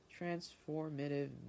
transformative